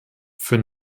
für